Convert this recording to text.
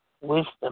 wisdom